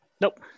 Nope